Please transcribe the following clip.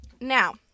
Now